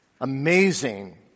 amazing